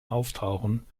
auftauchen